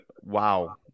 Wow